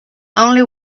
only